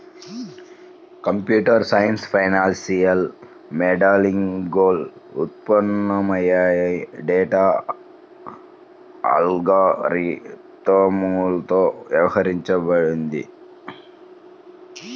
computer science financial మోడలింగ్లో ఉత్పన్నమయ్యే data అల్గారిథమ్లతో వ్యవహరిస్తుంది